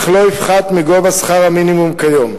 אך לא יפחת מגובה שכר המינימום כיום.